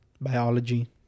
Biology